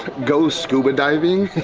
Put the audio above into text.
go scuba diving,